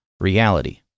reality